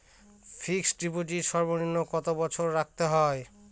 Fixed deposit সর্বনিম্ন কত বছর রাখতে হয়?